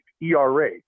ERA